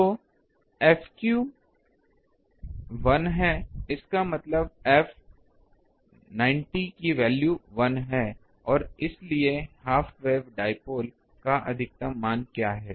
तो F 1 है इसका मतलब F की वैल्यू 1 है और इसलिए हाफ वेव डाइपोल का अधिकतम मान क्या है